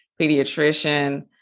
pediatrician